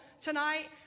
tonight